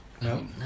No